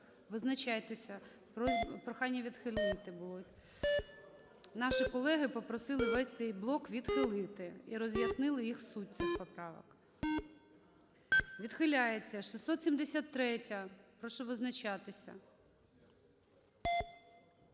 визначайтеся. Прохання відхилити було. Наші колеги попросили весь цей блок відхилити і роз'яснили суть цих поправок. 12:47:35 За-4 Відхиляється. 673-я. Прошу визначатися.